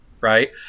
right